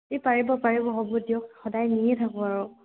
এই পাৰিব পাৰিব হ'ব দিয়ক সদায় নিয়ে থাকোঁ আৰু